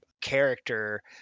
character